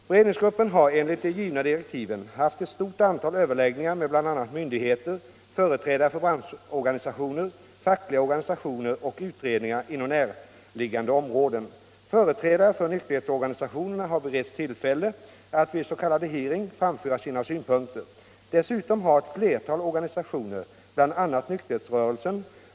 Beredningsgruppen har enligt de givna direktiven haft ett stort antal överläggningar med bl.a. myndigheter, företrädare för branschorganisationer, fackliga organisationer och utredningar inom närliggande områden. Företrädare för nykterhetsorganisationerna har beretts tillfälle att vid en s.k. hearing framföra sina synpunkter. Dessutom har ett flertal Nr 33 till beredningsgruppen.